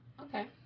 Okay